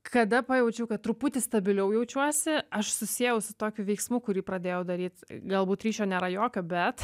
kada pajaučiau kad truputį stabiliau jaučiuosi aš susiejau su tokiu veiksmu kurį pradėjau daryt galbūt ryšio nėra jokio bet